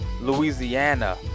Louisiana